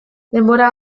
denbora